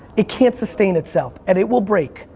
it can't sustain itself and it will break,